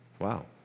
wow